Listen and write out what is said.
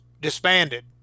disbanded